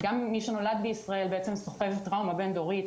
גם מי שנולד בישראל סובל טראומה בין דורית,